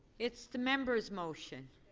it's the member's motion.